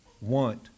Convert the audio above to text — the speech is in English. want